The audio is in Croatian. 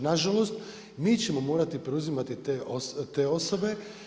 Na žalost mi ćemo morati preuzimati te osobe.